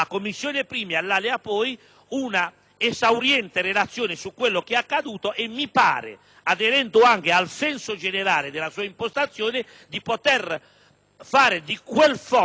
un'esauriente relazione su ciò che accaduto. Mi pare, aderendo anche al senso generale della sua impostazione, di poter fare di quel Fondo, particolarmente ampio e delicato,